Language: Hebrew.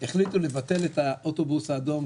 החליטו לבטל את האוטובוס האדום.